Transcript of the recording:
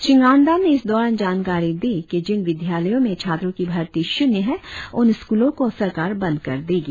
श्री ङानदाम ने इस दौरान जानकारी दी कि जिन विद्यालयों में छात्रों की भर्ती शुन्य है उन स्कूलों को सरकार बंद कर देगी